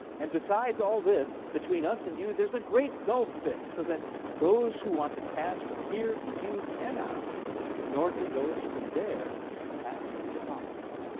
and besides all this, between us and you, there's a great gulf fixed so that those who want to pass from here to you cannot nor can those from there pass to us